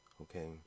okay